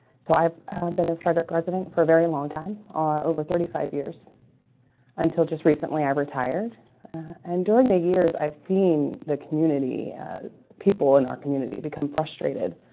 so i've been in frederick resident for a very long time over thirty five years until just recently i retired and during the years. i've seen the community people in our community become frustrated